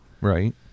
Right